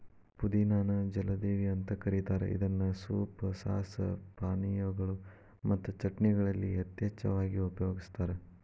ಪುದಿನಾ ನ ಜಲದೇವಿ ಅಂತ ಕರೇತಾರ ಇದನ್ನ ಸೂಪ್, ಸಾಸ್, ಪಾನೇಯಗಳು ಮತ್ತು ಚಟ್ನಿಗಳಲ್ಲಿ ಯಥೇಚ್ಛವಾಗಿ ಉಪಯೋಗಸ್ತಾರ